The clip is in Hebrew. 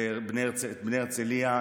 בני הרצליה,